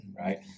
right